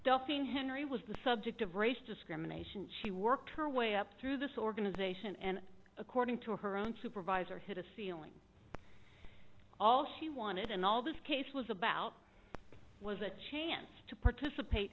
duffing henry was the subject of race discrimination she worked her way up through this organization and according to her own supervisor hit a ceiling all she wanted and all this case was about was a chance to participate